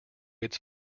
its